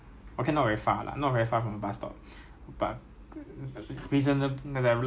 ya 因为有些人很 ruthless 的他们他们不管你的 like 你 queue up hor 他们去推你的